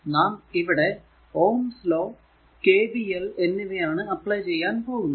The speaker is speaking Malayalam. നാം ഇവിടെ Ohm's law ohm's law KVL എന്നിവയാണ് അപ്ലൈ ചെയ്യാൻ പോകുന്നത്